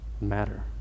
matter